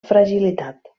fragilitat